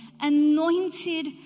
anointed